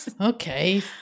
okay